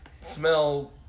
smell